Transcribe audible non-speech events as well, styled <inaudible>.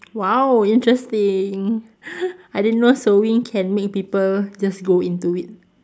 !wow! interesting <laughs> I didn't know sewing can make people just go into it